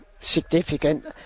significant